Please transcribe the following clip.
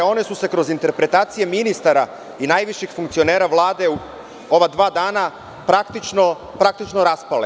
One su se kroz interpretacije ministara i najvećih funkcionera Vlade ova dva dana praktično raspale.